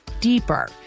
deeper